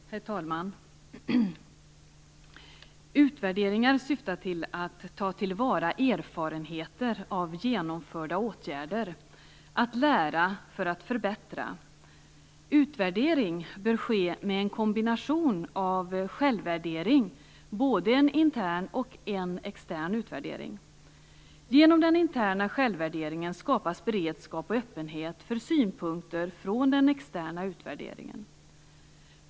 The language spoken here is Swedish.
Herr talman! Utvärderingar syftar till att ta till vara erfarenheter av genomförda åtgärder, till att lära för att förbättra. Utvärdering bör ske med en kombination av självvärdering och både en intern och en extern utvärdering. Genom den interna självvärderingen skapas beredskap och öppenhet för synpunkter från den externa utvärderingen.